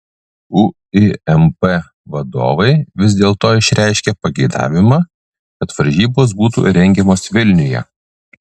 uipm vadovai vis dėlto išreiškė pageidavimą kad varžybos būtų rengiamos vilniuje